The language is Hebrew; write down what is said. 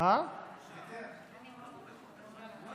הוא ויתר על ההצמדה.